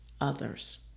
others